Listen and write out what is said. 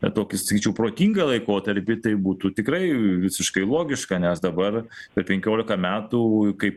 na tokį sakyčiau protingą laikotarpį tai būtų tikrai visiškai logiška nes dabar per penkiolika metų kaip